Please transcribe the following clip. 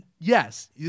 yes